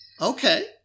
Okay